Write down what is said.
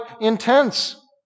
intense